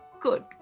good